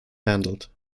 handled